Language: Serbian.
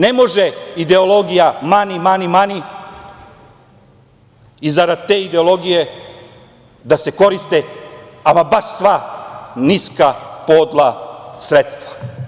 Ne može ideologija "mani, mani, mani" i zarad te ideologije da se koriste ama baš sva niska i podla sredstva.